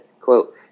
quote